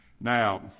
Now